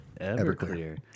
Everclear